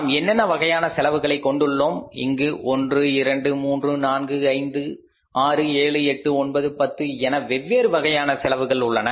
நாம் என்னென்ன வகையான செலவுகளை கொண்டுள்ளோம் இங்கு 1 2 3 4 5 6 7 8 9 10 என வெவ்வேறு வகையான செலவுகள் உள்ளன